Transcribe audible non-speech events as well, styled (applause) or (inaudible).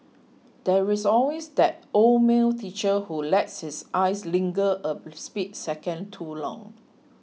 there is always that old male teacher who lets his eyes linger a (noise) split second too long